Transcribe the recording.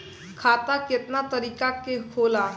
खाता केतना तरीका के होला?